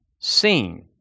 seen